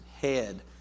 head